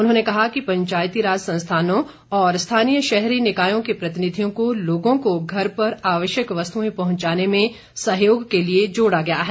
उन्होंने कहा कि पंचायती राज संस्थानों और स्थानीय शहरी निकायों के प्रतिनिधियों को लोगों को घर पर आवश्यक वस्तुएं पहुंचाने में सहयोग के लिए जोड़ा गया है